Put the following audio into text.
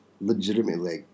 legitimately